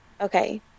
Okay